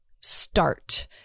start